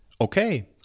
Okay